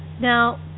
Now